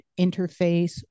interface